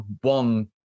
one